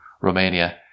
Romania